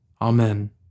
Amen